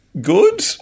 good